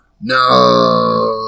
No